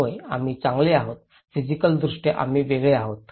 होय आम्ही चांगले आहोत फिजिकलदृष्ट्या आम्ही वेगळे आहोत